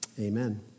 Amen